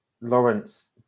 Lawrence